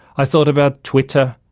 i thought about twitter,